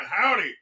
howdy